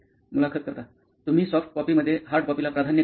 मुलाखत कर्ता तुम्ही सॉफ्ट कॉपी पेक्षा हार्ड कॉपीला प्राधान्य का दिले